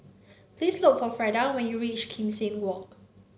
please look for Freda when you reach Kim Seng Walk